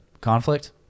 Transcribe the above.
Conflict